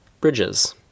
Bridges